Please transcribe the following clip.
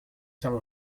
some